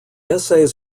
essays